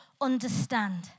understand